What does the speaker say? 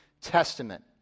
Testament